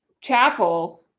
chapel